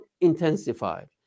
intensified